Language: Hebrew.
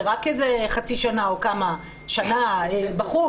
זה רק איזה חצי שנה או כמה, שנה בחוץ.